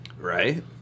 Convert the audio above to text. Right